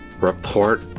report